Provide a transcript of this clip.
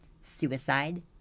suicide